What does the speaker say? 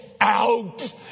out